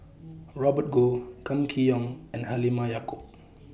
Robert Goh Kam Kee Yong and Halimah Yacob